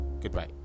Goodbye